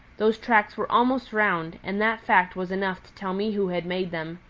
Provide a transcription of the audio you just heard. those tracks were almost round, and that fact was enough to tell me who had made them.